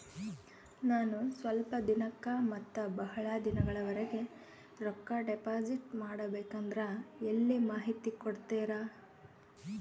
ನಾನು ಸ್ವಲ್ಪ ದಿನಕ್ಕ ಮತ್ತ ಬಹಳ ದಿನಗಳವರೆಗೆ ರೊಕ್ಕ ಡಿಪಾಸಿಟ್ ಮಾಡಬೇಕಂದ್ರ ಎಲ್ಲಿ ಮಾಹಿತಿ ಕೊಡ್ತೇರಾ?